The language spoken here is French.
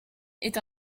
est